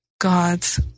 God's